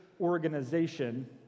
organization